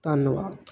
ਧੰਨਵਾਦ